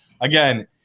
again